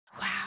Wow